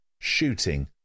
Shooting